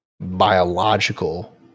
biological